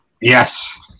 Yes